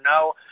no